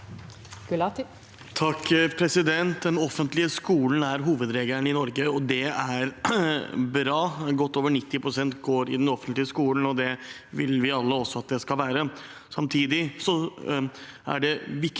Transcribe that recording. Gulati (FrP) Den offentlige skolen er hovedregelen i Norge, og det er bra. Godt over 90 pst. går i den offentlige skolen, og slik vil vi alle også at det skal være. Samtidig er det viktig